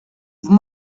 vous